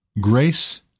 grace